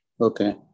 Okay